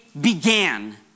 began